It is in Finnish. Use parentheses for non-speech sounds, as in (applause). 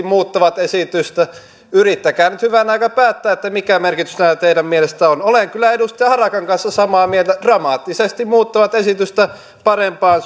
(unintelligible) muuttavat esitystä yrittäkää nyt hyvänen aika päättää mitä merkitystä näillä teidän mielestänne on olen kyllä edustaja harakan kanssa samaa mieltä dramaattisesti muuttavat esitystä parempaan (unintelligible)